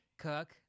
Cook